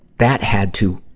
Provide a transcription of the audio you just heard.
that had to